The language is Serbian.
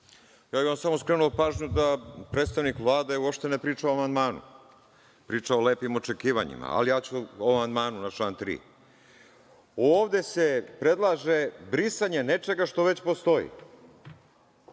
Samo bih vam skrenu pažnju da predstavnik Vlade uopšte ne priča o amandmanu, priča o lepim očekivanjima, ali ja ću o amandmanu na član 3. Ovde se predlaže brisanje nečega što već postoji.